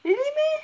really meh